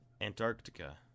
Antarctica